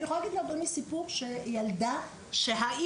אני יכולה להגיד לאדוני סיפור על ילדה שהאימא